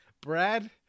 Brad